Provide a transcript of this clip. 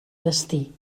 destí